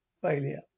failure